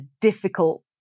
difficult